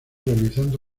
realizando